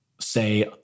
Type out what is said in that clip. say